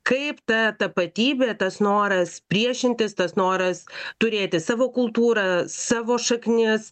kaip ta tapatybė tas noras priešintis tas noras turėti savo kultūrą savo šaknis